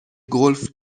گلف